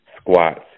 squats